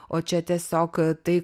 o čia tiesiog tai